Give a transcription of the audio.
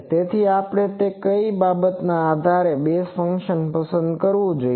તેથી તે કઈ બાબત છે જેના આધારે બેઝ ફંક્શન પસંદ કરવુ જોઈએ